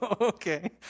Okay